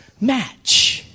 match